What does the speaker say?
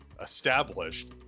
established